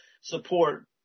support